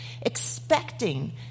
expecting